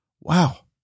wow